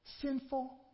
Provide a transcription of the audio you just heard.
Sinful